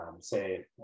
say